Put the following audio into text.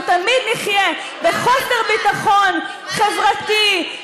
אנחנו תמיד נחיה בחוסר ביטחון חברתי,